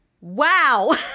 Wow